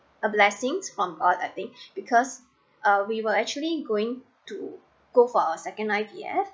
a blessings from god I think because uh we were actually going to go for our second I_V_F